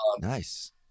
Nice